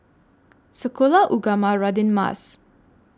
Sekolah Ugama Radin Mas